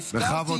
--- שכחת